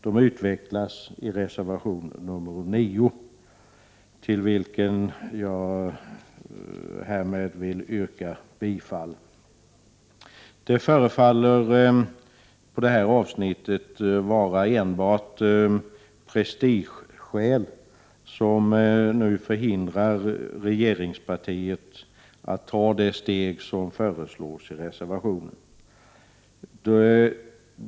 De utvecklas i reservation nr 9, till vilken jag härmed vill yrka bifall. Det förefaller vara enbart prestigeskäl som nu förhindrar regeringspartiet att ta det steg som föreslås i reservation 9.